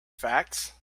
facts